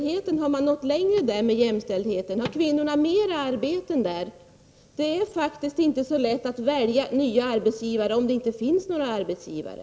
Har man nått längre där med jämställdheten? Har kvinnor mer arbeten där? Det är faktiskt inte så lätt att välja ny arbetsgivare om det inte finns några arbetsgivare.